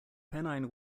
pennine